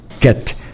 get